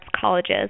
colleges